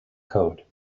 code